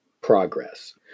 progress